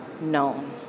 known